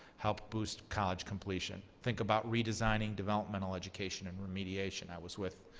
help boost college completion, think about redesigning developmental education and remediation. i was with